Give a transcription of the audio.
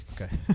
Okay